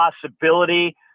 possibility